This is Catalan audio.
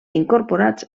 incorporats